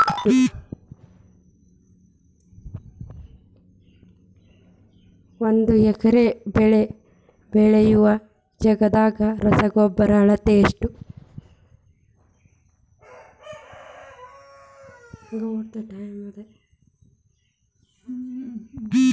ಒಂದ್ ಎಕರೆ ಬೆಳೆ ಬೆಳಿಯೋ ಜಗದಾಗ ರಸಗೊಬ್ಬರದ ಅಳತಿ ಎಷ್ಟು?